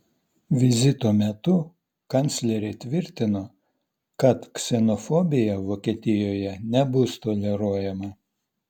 vizito metu kanclerė tvirtino kad ksenofobija vokietijoje nebus toleruojama